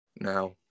Now